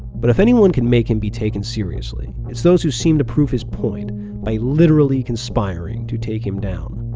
but if anyone can make him be taken seriously, it's those who seem to prove his point by literally conspiring to take him down.